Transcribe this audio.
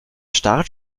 start